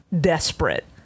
desperate